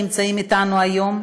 שנמצאים אתנו היום,